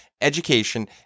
education